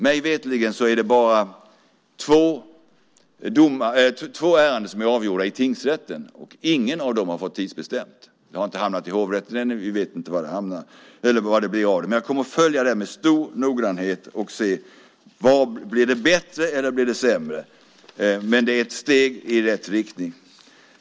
Mig veterligen är det bara två ärenden som är avgjorda i tingsrätten. Inget av dem har fått tidsbestämt. Det har inte hamnat i hovrätten ännu och vi vet inte vad det blir av det. Jag kommer att följa detta med stor noggrannhet och se om det blir bättre eller sämre. Det är ändå ett steg i rätt riktning.